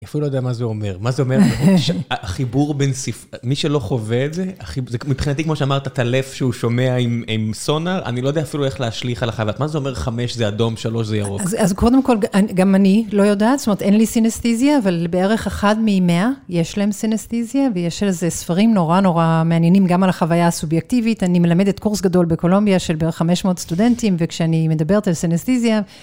אפילו לא יודע מה זה אומר. מה זה אומר, חיבור בין ספ..., מי שלא חווה את זה, מבחינתי כמו שאמרת, עטלף שהוא שומע עם סונר, אני לא יודע אפילו איך להשליך על החברה. מה זה אומר חמש זה אדום, שלוש זה ירוק? אז קודם כול, גם אני לא יודעת, זאת אומרת, אין לי סינסטיזיה, אבל בערך אחד ממאה יש להם סינסטיזיה, ויש איזה ספרים נורא נורא מעניינים גם על החוויה הסובייקטיבית. אני מלמדת קורס גדול בקולומביה של בערך 500 סטודנטים, וכשאני מדברת על סינסטיזיה...